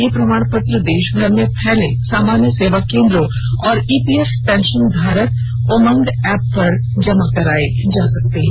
यह प्रमाण पत्र देशभर में फैले सामान्य सेवा केन्द्रों और ईपीएफ पेंशन धारक उमंग ऐप पर जमा कराए जा सकते हैं